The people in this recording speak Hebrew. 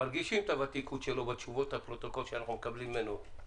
מרגישים את הוותיקות שלו בתשובות הפרוטוקול שאנחנו מקבלים ממנו.